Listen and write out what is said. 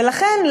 ולכן,